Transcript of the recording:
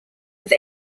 have